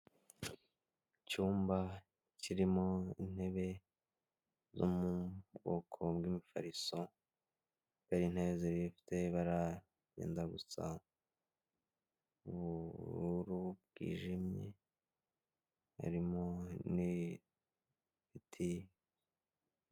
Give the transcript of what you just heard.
Icyumba kirimo intebe zo mu bwoko bw'imifariso zikaba zifite ibara ryenda gusa ubururu bwijimye harimo n'ibiti.